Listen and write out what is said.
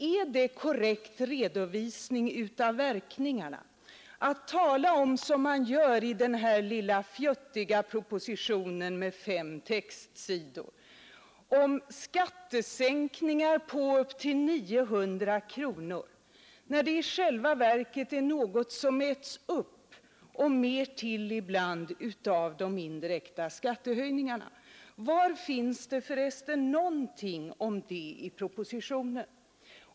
Är det korrekt redovisning av verkningarna att, som man gör i den här lilla fjuttiga propositionen med fem textsidor, tala om skattesänkningar på upp till 900 kronor, när de i själva verket äts upp — och mer till ibland — av de indirekta skattehöjningarna? Var finns det för resten någonting om detta i propositionen?